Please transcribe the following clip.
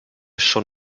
schon